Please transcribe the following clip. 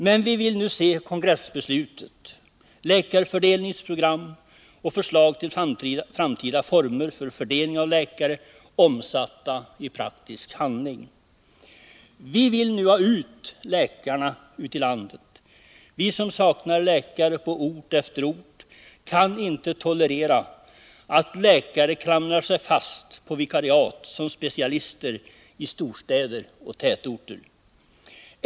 Men vi vill nu se kongressbeslut, läkarfördelningsprogram och förslag till framtida former för fördelning av läkare omsatta i praktisk handling. Vi vill nu ha ut läkarna i landet. Vi som saknar läkare på ort efter ort kan inte tolerera att läkare klamrar sig fast på vikariat såsom specialister i storstäder och tätorter.